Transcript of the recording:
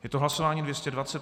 Je to hlasování 220.